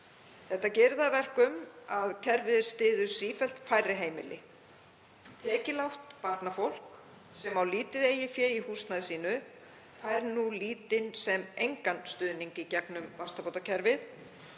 Þetta gerir það að verkum að kerfið styður sífellt færri heimili. Tekjulágt barnafólk sem á lítið eigið fé í húsnæði sínu fær nú lítinn sem engan stuðning í gegnum vaxtabótakerfið.